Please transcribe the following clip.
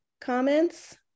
comments